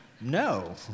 No